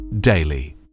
daily